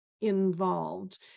involved